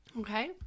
Okay